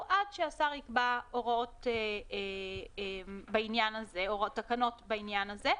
עד שהשר יקבע הוראות או תקנות בעניין הזה.